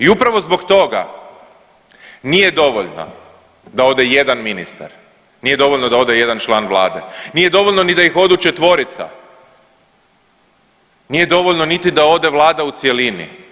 I upravo zbog toga nije dovoljno da ode jedan ministar, nije dovoljno da ode jedan član Vlade, nije dovoljno ni da ih odu četvorica, nije dovoljno niti da ode Vlada u cjelini.